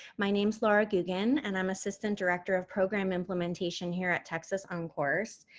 my name is lara gueguen, and i'm assistant director of program implementation here at texas oncourse,